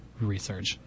research